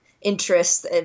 interests